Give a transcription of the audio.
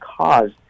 cause